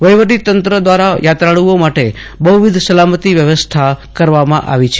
વહિવટીતંત્ર દ્વારા યાત્રાળુઓ માટે બહ્વિધ સલામતી વ્યવસ્થા કરવામાં આવી છે